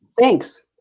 Thanks